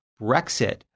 Brexit